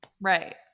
Right